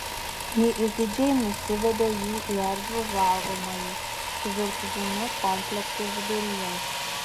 ji išdidžiai nusivedė jį į erdvų valgomąjį su virtuviniu komplektu viduryje